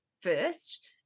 first